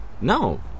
No